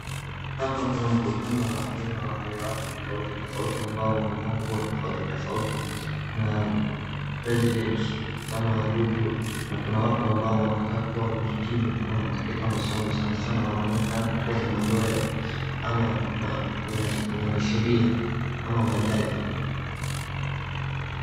Hapa kuna mtutano wa aina ya watu tofauti tofauti ambao wamevaa nguo tofauti tofauti. Kuna President kama Ruto, na kuna watu ambao wanakaa kuwa wamehitimu kwa katika masomo, sana sana wanaonekana kuwa ni ma lawyer , ama wanasheria, ama majaji.